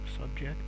subject